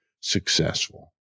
successful